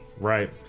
Right